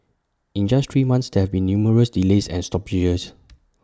in just three months there have been numerous delays and stoppages